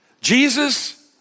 Jesus